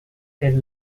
per